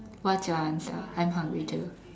what's your answer I'm hungry too